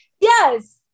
yes